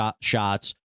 shots